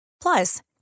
Plus